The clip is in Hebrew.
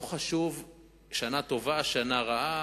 לא חשוב אם זאת שנה טובה או שנה רעה,